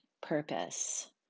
purpose